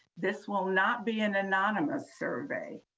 this will not be an anonymous survey,